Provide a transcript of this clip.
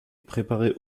préparé